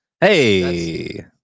Hey